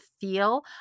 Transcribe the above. feel